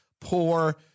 poor